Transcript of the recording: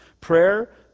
Prayer